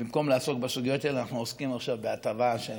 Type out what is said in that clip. במקום לעסוק בסוגיות האלה אנחנו עוסקים עכשיו בהטבה של